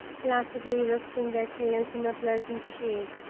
placidly whisking their tails in the pleasant shade.